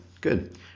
good